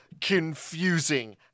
confusing